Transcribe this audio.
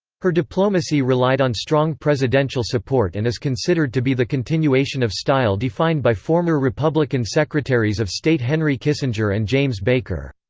her diplomacy relied on strong presidential support and is considered to be the continuation of style defined by former republican secretaries of state henry kissinger and james baker.